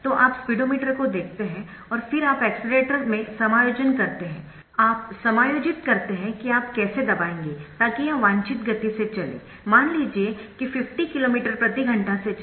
तो आप स्पीडोमीटर को देखते है और फिर आप एक्सेलेरेटर में समायोजन करते है आप समायोजित करते है कि आप कैसे दबाएंगे ताकि यह वांछित गति से चले मान लीजिए कि 50 किलो मीटर प्रति घंटा से चले